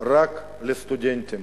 רק לסטודנטים,